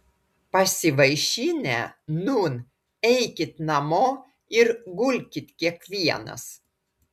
pasivaišinę nūn eikit namo ir gulkit kiekvienas